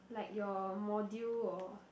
like your module or